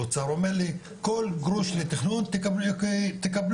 שאומר לי כל גרוש לתכנון תקבלו,